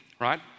right